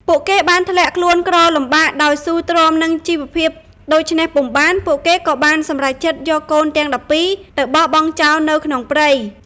ពួកគេបានធ្លាក់ខ្លួនក្រលំបាកដោយស៊ូទ្រាំនឹងជីវភាពដូច្នេះពុំបាន ពួកគេក៏បានសម្រេចចិត្តយកកូនទាំង១២ទៅបោះបង់ចោលនៅក្នុងព្រៃ។